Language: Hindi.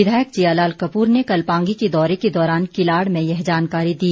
विधायक जियालाल कप्र ने कल पांगी के दौरे के दौरान किलाड़ में यह जानकारी दी